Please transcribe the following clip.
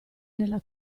nella